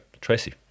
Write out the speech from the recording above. tracy